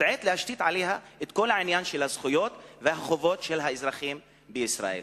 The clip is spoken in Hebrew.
מוטעה להשתית עליה את כל עניין הזכויות והחובות של האזרחים בישראל.